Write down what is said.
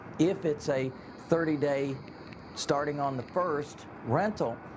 if it's a thirty day starting on the first rental,